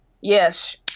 yes